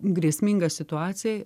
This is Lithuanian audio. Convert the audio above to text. grėsminga situacija